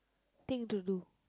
thing to do